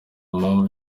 mpamvu